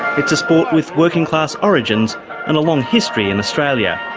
it's a sport with working class origins and a long history in australia.